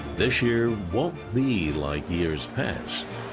this year won't be like years past.